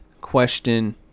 question